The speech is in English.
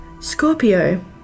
Scorpio